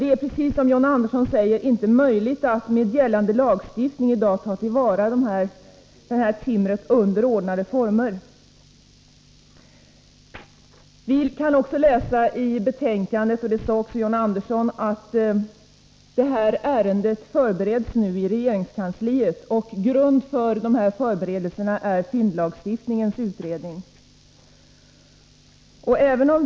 Det är, som John Andersson sade, inte möjligt att med gällande lagstiftning ta till vara sjunktimret i ordnade former. Av betänkandet framgår — det sade också John Andersson — att ärendet nu förbereds i regeringskansliet. Grunden för förberedelserna är fyndlagstiftningsutredningens betänkande.